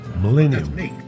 Millennium